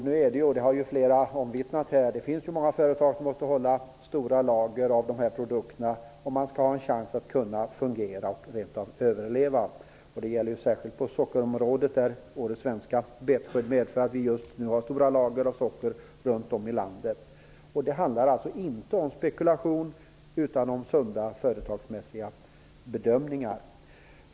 Flera talare har här omvittnat att det finns många företag som måste hålla stora lager av de här produkterna om de skall ha en chans att fungera och rent av överleva. Det gäller särskilt i fråga om socker. Årets svenska betskörd har medfört att vi just nu har stora lager av socker runt om i landet. Det handlar alltså inte om spekulation utan om sunda, företagsmässiga bedömningar.